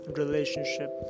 relationship